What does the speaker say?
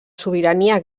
sobirania